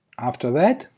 after that,